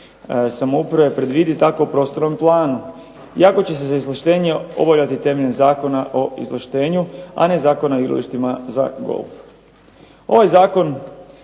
samouprave predvidi tako u prostornom planu iako će se za izvlaštenje obavljati temeljem Zakona o izvlaštenju, a ne Zakona o igralištima za golf. Ovaj zakon